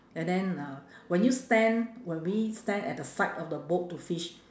and then uh when you stand when we stand at the side of the boat to fish